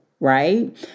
right